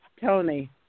Tony